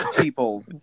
people